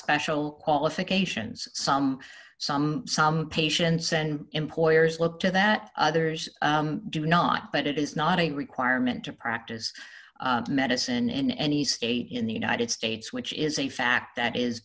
special qualifications some some some patients and employers look to that others do not but it is not a requirement to practice medicine in any state in the united states which is a fact that is